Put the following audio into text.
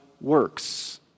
works